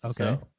Okay